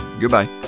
Goodbye